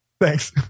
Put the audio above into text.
Thanks